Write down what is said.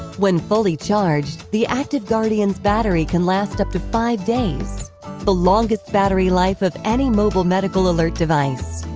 when fully charged, the active guardians battery can last up to five days the longest battery life of any mobile medical alert device.